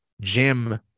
jim